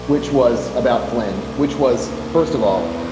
which was about flynn, which was, first of all,